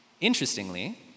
Interestingly